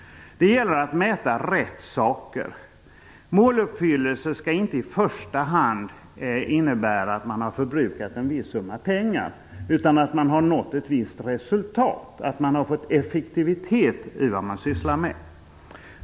Det gäller att mäta rätt saker. Måluppfyllelse skall inte i första hand innebära att man har förbrukat en viss summa pengar, utan att man har nått ett visst resultat och fått effektivitet i vad man sysslar med.